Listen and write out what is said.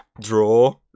draw